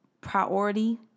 priority